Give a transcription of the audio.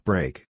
Break